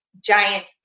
giant